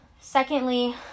secondly